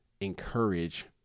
encourage